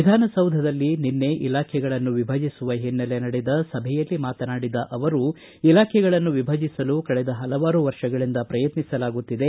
ವಿಧಾನಸೌಧದಲ್ಲಿ ನಿನ್ನೆ ಇಲಾಖೆಗಳನ್ನು ವಿಭಜಿಸುವ ಹಿನ್ನೆಲೆ ನಡೆದ ಸಭೆಯಲ್ಲಿ ಮಾತನಾಡಿದ ಅವರು ಇಲಾಖೆಗಳನ್ನು ವಿಭಜಿಸಲು ಕಳೆದ ಪಲವಾರು ವರ್ಷಗಳಿಂದ ಪ್ರಯತ್ನಿಸಲಾಗುತ್ತಿದೆ